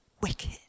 wicked